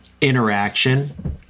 interaction